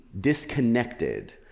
disconnected